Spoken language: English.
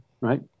right